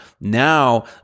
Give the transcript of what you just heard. now